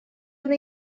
una